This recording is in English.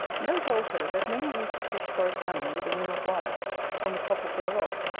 note also, that many used to fish for a salmon with a ring of wire on the top of their rod,